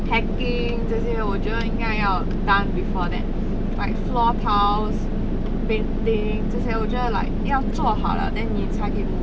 packing 这些我觉得应该要 done before that like floor tiles painting 这些我觉得 like 要做好 liao then 你才可以 move in